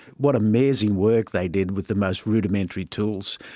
what amazing work they did with the most rudimentary tools.